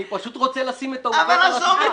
אני רוצה לשים את העובדות על השולחן.